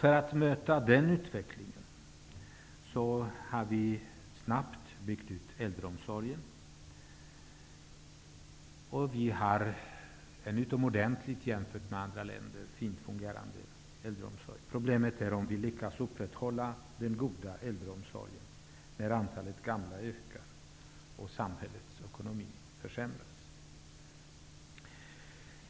För att möta den utvecklingen har vi snabbt byggt ut äldreomsorgen. Vi har, jämfört med andra länder, en utomordentligt fint fungerande äldreomsorg. Frågan är om vi lyckas upprätthålla den goda äldreomsorgen när antalet gamla ökar och samhällets ekonomi försämras.